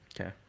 Okay